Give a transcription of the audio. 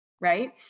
right